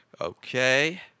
Okay